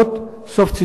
המאוחדות".